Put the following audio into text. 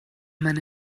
meine